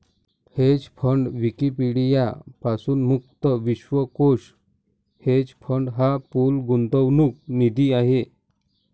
hedge fund Wikipedia पासून मुक्त विश्वकोश हेज फंड हा पूल गुंतवणूक निधी आहे